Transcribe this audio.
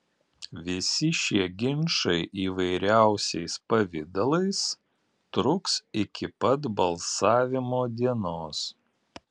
visi šie ginčai įvairiausiais pavidalais truks iki pat balsavimo dienos